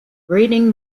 breeding